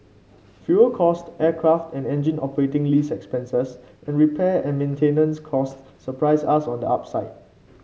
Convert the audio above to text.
fuel cost aircraft and engine operating lease expenses and repair and maintenance costs surprise us on the upside